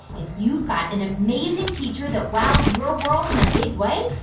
if you've got an amazing teacher that wows your world in a big way,